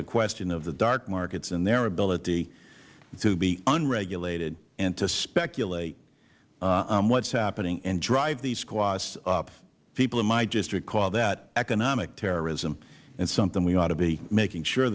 the question of the dark markets and their ability to be unregulated and to speculate on what is happening and drive these costs up people in my district call that economic terrorism that is something we ought to be making sure